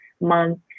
month